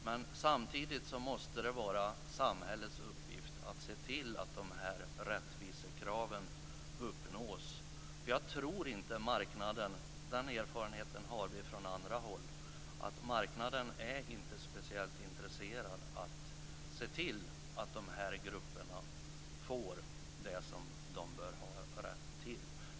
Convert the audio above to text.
Men samtidigt måste det vara samhällets uppgift att se till att dessa rättvisekrav uppnås, eftersom jag inte tror att marknaden - den erfarenheten har vi från andra håll - är speciellt intresserad av att se till att dessa grupper får det som de bör ha rätt till.